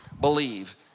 believe